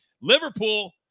liverpool